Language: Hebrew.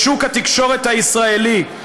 בשוק התקשורת הישראלי.